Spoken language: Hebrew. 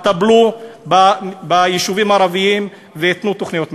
אז טפלו ביישובים הערביים ותנו תוכניות מתאר.